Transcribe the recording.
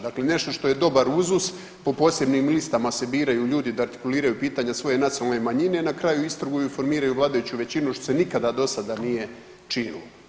Dakle, nešto što je dobar uzus po posebnim listama se biraju ljudi da artikuliraju pitanja svoje nacionalne manjine, na kraju iz toga formiraju vladajuću većinu što se nikada do sada nije činilo.